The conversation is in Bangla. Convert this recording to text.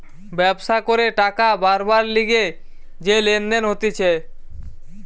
ব্যবসা করে টাকা বারবার লিগে যে লেনদেন হতিছে